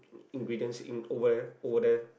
ingredients in over there over there